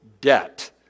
debt